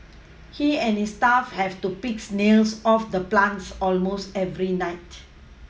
he and his staff have to pick snails off the plants almost every night